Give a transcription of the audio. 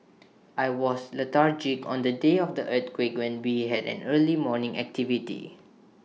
I was lethargic on the day of the earthquake when we had an early morning activity